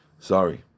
sorry